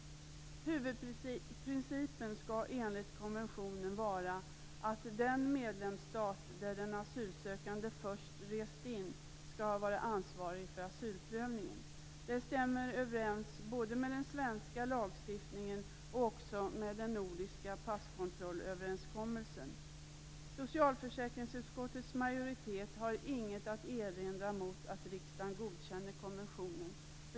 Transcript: Huvudprincipen skall enligt konventionen vara att den medlemsstat dit den asylsökande först kommit skall vara ansvarig för asylprövningen. Det stämmer överens både med den svenska lagstiftningen och också med den nordiska passkontrollöverenskommelsen. Socialförsäkringsutskottets majoritet har inget att erinra mot att riksdagen godkänner konventionen.